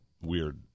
weird